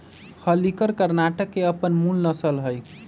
हल्लीकर कर्णाटक के अप्पन मूल नसल हइ